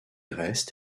reste